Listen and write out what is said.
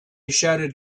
shouted